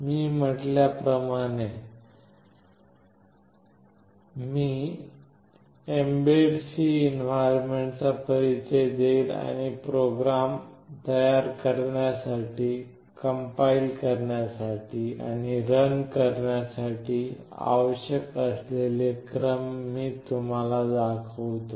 मी म्हटल्याप्रमाणे मी mbed C एन्व्हायरमेंटचा परिचय देईन आणि प्रोग्रॅम तयार करण्यासाठी कंपाईल करण्यासाठी आणि रन करण्यासाठी आवश्यक असलेले क्रम मी तुम्हाला दाखवतो